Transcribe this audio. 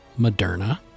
Moderna